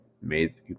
made